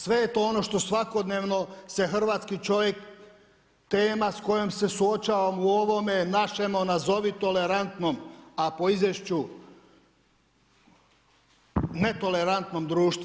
Sve je to ono što svakodnevno se hrvatski čovjek, tema s kojom se suočavamo u ovome našem nazovi tolerantnom, a po izvješću netolerantnom društvu.